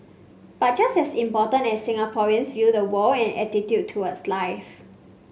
but just as important as Singaporeans view the world and attitude towards life